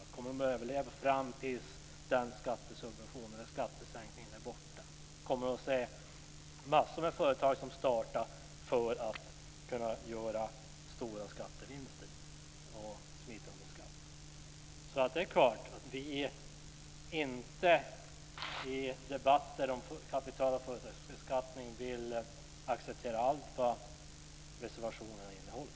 Kommer de att överleva fram tills skattesubventionen eller skattesänkningen är borta? Kommer vi att få se massor av företag som startar för att kunna göra stora skattevinster och smita undan skatt? Det är klart att vi i debatter om kapital och företagsbeskattning inte vill acceptera allt vad reservationerna innehåller.